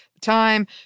time